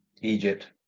Egypt